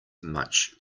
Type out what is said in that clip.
much